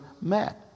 met